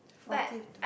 forty to